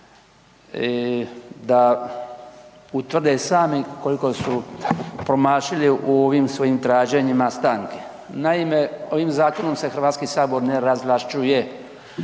da utvrde sami koliko su promašili u ovim svojim traženjima stanke. Naime, ovim zakonom se Hrvatski sabor ne razvlašćuje.